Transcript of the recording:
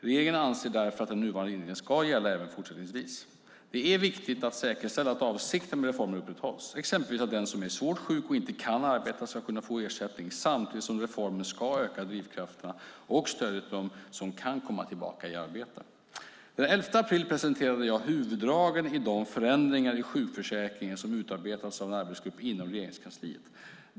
Regeringen anser därför att den nuvarande inriktningen ska gälla även fortsättningsvis. Det är viktigt att säkerställa att avsikterna med reformen upprätthålls, exempelvis att den som är svårt sjuk och inte kan arbeta ska kunna få ersättning samtidigt som reformen ska öka drivkrafterna och stödet till dem som kan komma tillbaka i arbete. Den 11 april presenterade jag huvuddragen i de förändringar i sjukförsäkringen som utarbetats av en arbetsgrupp inom Regeringskansliet.